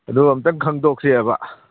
ꯑꯗꯨ ꯑꯝꯇꯪ ꯈꯪꯗꯣꯛꯁꯦꯕ